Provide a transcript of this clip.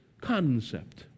concept